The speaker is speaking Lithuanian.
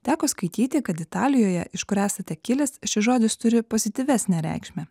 teko skaityti kad italijoje iš kur esate kilęs šis žodis turi pozityvesnę reikšmę